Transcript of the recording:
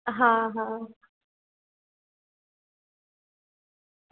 હા હા